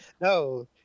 no